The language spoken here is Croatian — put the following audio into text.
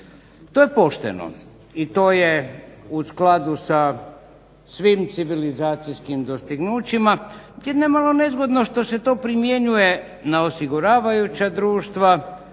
To je pošteno i to je u skladu sa svim civilizacijskim dostignućima jedino je malo nezgodno što se to primjenjuje na osiguravajuća društva